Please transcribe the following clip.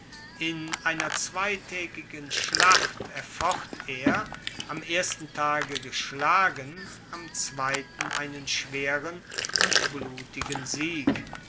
in einer zweitaegigen schlacht erfocht er am ersten tage geschlagen am zweiten einen schweren und blutigen sieg